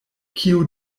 kiu